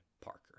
Parker